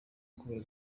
kubera